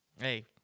Hey